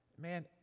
man